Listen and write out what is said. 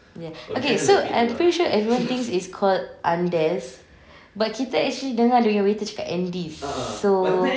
ya okay so I'm pretty sure everyone thinks it's called andes but kita actually dengar waiter cakap andes so